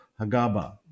Hagaba